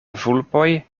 vulpoj